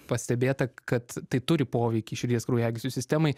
pastebėta kad tai turi poveikį širdies kraujagyslių sistemai